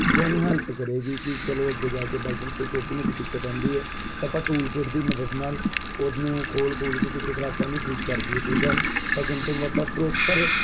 ਜੋ ਹਾਨੂੰ ਹੈਲਪ ਕਰੇਗੀ ਕਿ ਚਲੋ ਅੱਗੇ ਜਾ ਕੇ ਬਾਈ ਚਾਂਸ ਕੋਈ ਛੋਟੀ ਮੋਟੀ ਦਿੱਕਤ ਆਉਂਦੀ ਹੈ ਤਾਂ ਆਪਾਂ ਟੂਲ ਕਿੱਟ ਦੀ ਮਦਦ ਨਾਲ ਉਹਨੂੰ ਖੋਲ੍ਹ ਖੋਲ੍ਹ ਕੇ ਕਿਸੇ ਤਰ੍ਹਾਂ ਆਪਾਂ ਉਹਨੂੰ ਠੀਕ ਕਰ ਦੇਈਏ ਠੀਕ ਆ ਸੈਕਿੰਡ ਥਿੰਗ ਆਪਾਂ ਪ੍ਰੋਪਰ